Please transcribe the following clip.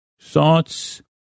thoughts